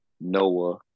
Noah